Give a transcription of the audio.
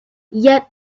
yet